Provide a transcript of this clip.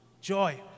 joy